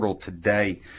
Today